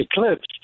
eclipse